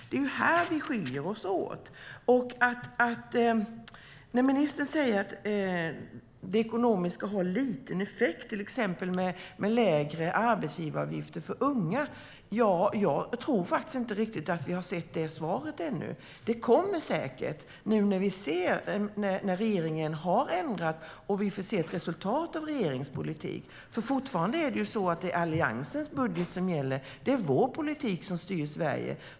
Det är här vi skiljer oss åt. Ministern säger att det ekonomiska har en liten effekt, till exempel med lägre arbetsgivaravgifter för unga. Jag tror inte att vi har sett det svaret ännu. Det kommer säkert nu när regeringen har ändrat och vi får se ett resultat av regeringens politik. Fortfarande är det Alliansens budget som gäller. Det är vår politik som styr Sverige.